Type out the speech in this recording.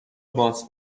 باز